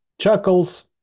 Chuckles